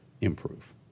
improve